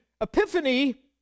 epiphany